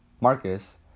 Marcus